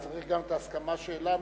צריך גם את ההסכמה שלנו,